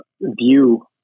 view